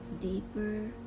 deeper